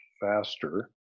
faster